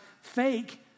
fake